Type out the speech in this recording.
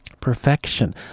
Perfection